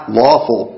lawful